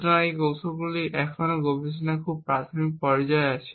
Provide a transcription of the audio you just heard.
সুতরাং যখন এই কৌশলগুলি এখনও গবেষণার খুব প্রাথমিক পর্যায়ে রয়েছে